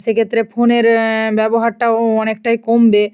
সেক্ষেত্রে ফোনের ব্যবহারটাও অনেকটাই কমবে